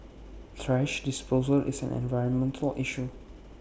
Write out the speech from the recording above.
thrash disposal is an environmental issue